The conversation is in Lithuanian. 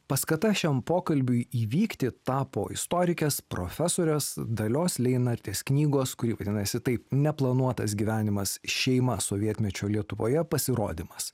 paskata šiam pokalbiui įvykti tapo istorikės profesorės dalios leinartės knygos kuri vadinasi taip neplanuotas gyvenimas šeima sovietmečio lietuvoje pasirodymas